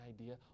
idea